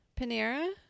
panera